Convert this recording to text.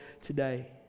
today